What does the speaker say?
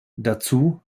dazu